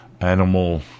animal